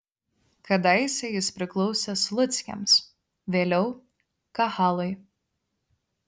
kadaise jis priklausė sluckiams vėliau kahalui